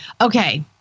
Okay